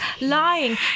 lying